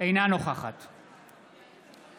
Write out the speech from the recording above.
נגד אני